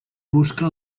busca